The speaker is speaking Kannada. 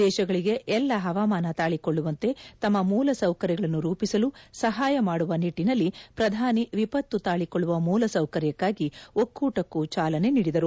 ದೇಶಗಳಿಗೆ ಎಲ್ಲ ಹವಾಮಾನ ತಾಳಿಕೊಳ್ಳುವಂತೆ ತಮ್ಮ ಮೂಲಸೌಕರ್ಯಗಳನ್ನು ರೂಪಿಸಲು ಸಹಾಯ ಮಾಡುವ ನಿಟ್ಟಿನಲ್ಲಿ ಪ್ರಧಾನಿ ವಿಪತ್ತು ತಾಳಿಕೊಳ್ಳುವ ಮೂಲಸೌಕರ್ಯಕ್ಕಾಗಿ ಒಕ್ಕೂಟಕ್ಕೂ ಚಾಲನೆ ನೀಡಿದರು